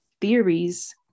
theories